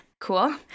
cool